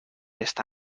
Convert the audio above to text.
esta